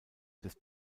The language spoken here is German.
des